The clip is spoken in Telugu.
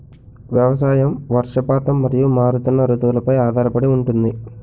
వ్యవసాయం వర్షపాతం మరియు మారుతున్న రుతువులపై ఆధారపడి ఉంటుంది